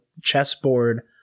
chessboard